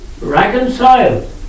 reconciled